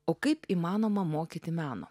o kaip įmanoma mokyti meno